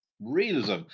realism